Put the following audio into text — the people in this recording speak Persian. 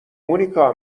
مونیکا